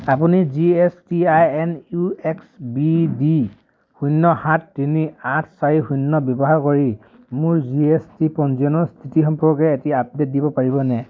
আপুনি G S T I N U X B D শূন্য সাত তিনি আঠ চাৰি শূন্য ব্যৱহাৰ কৰি মোৰ জি এছ টি পঞ্জীয়নৰ স্থিতি সম্পৰ্কে এটা আপডেট দিব পাৰিবনে